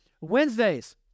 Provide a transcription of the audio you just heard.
Wednesdays